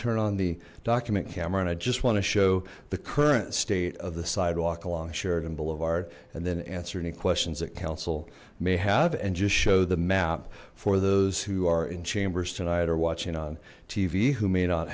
turn on the document camera and i just want to show the current state of the sidewalk along sheridan boulevard and then answer any questions that council may have and just show the map for those who are in chambers tonight are watching on tv who may not